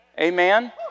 Amen